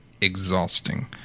exhausting